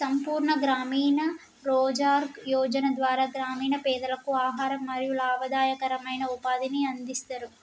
సంపూర్ణ గ్రామీణ రోజ్గార్ యోజన ద్వారా గ్రామీణ పేదలకు ఆహారం మరియు లాభదాయకమైన ఉపాధిని అందిస్తరు